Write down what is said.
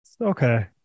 Okay